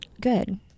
Good